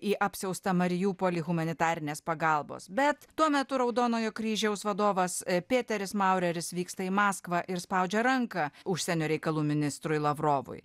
į apsiaustą mariupolį humanitarinės pagalbos bet tuo metu raudonojo kryžiaus vadovas pėteris maureris vyksta į maskvą ir spaudžia ranką užsienio reikalų ministrui lavrovui